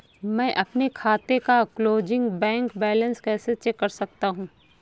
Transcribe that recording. मैं अपने खाते का क्लोजिंग बैंक बैलेंस कैसे चेक कर सकता हूँ?